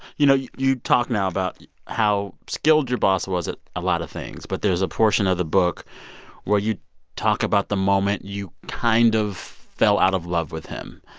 you know, you you talk now about how skilled your boss was at a lot of things, but there's a portion of the book where you talk about the moment you kind of fell out of love with him.